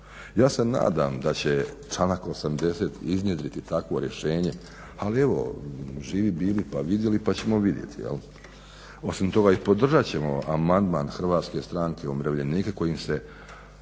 Ja se nadam da će članak 80. iznjedriti takvo rješenje, ali evo živi bili pa vidjeli pa ćemo vidjeti. Osim toga, i podržat ćemo amandman HSU-a kojim se